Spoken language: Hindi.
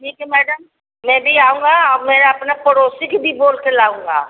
ठीक है मैडम मैं भी आऊँगा अब मैं अपना पड़ोसी की भी बोल के लाऊँगा